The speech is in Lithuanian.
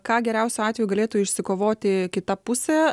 ką geriausiu atveju galėtų išsikovoti kita pusė